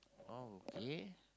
okay